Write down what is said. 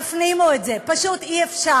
תפנימו את זה, פשוט אי-אפשר.